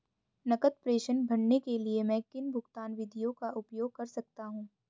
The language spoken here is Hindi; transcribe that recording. नकद प्रेषण करने के लिए मैं किन भुगतान विधियों का उपयोग कर सकता हूँ?